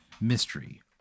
mystery